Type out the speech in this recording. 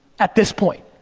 at this point,